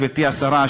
גברתי השרה,